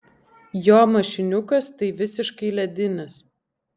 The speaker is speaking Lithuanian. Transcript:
jo mašiniukas tai visiškai ledinis